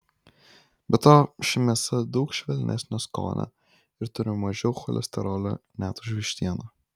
be to ši mėsa daug švelnesnio skonio ir turi mažiau cholesterolio net už vištieną